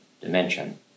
dimension